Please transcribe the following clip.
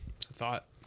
Thought